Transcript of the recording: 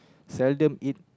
seldom eat